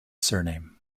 surname